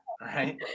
right